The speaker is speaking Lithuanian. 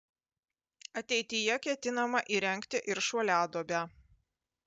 ateityje ketinama įrengti ir šuoliaduobę